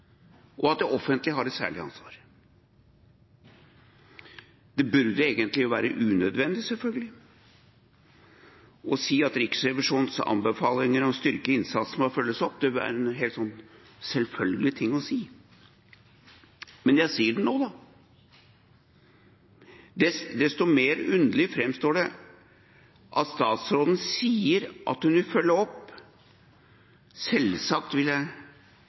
det offentlige har et særlig ansvar? Det burde selvfølgelig egentlig være unødvendig å si at Riksrevisjonens anbefalinger om å styrke innsatsen må følges opp. Det er en helt selvfølgelig ting å si, men jeg sier det nå. Desto mer underlig framstår det at statsråden sier at hun vil følge opp – selvsagt, vil jeg